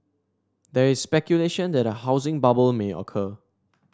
there is speculation that a housing bubble may occur